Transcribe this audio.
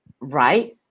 right